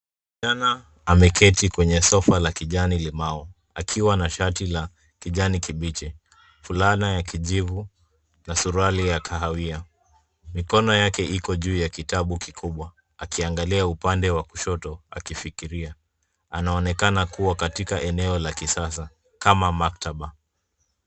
Kijana ameketi kwenye sofa la kijani limau, akiwa na shati la kijani kibichi, fulana ya kijivu na suruali ya kahawia. Mikono yake iko juu ya kitabu kikubwa, akiangalia upande wa kushoto akifikiria. Anaonekana kuwa katika eneo la kisasa kama maktaba.